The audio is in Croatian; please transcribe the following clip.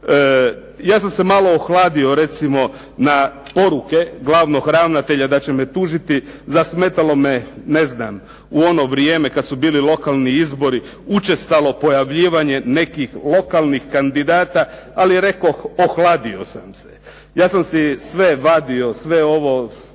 Ja sam se malo ohladio recimo na poruke glavnog ravnatelja da će me tužiti. Zasmetalo me u ono vrijeme kad su bili lokalni izbori učestalo pojavljivanje nekih lokalnih kandidata, ali rekoh ohladio sam se. Ja sam si sve vadio, sve ove